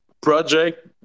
project